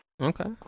Okay